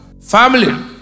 family